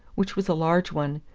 which was a large one,